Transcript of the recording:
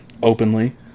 openly